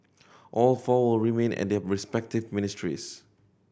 all four remain at their respective ministries